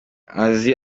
azi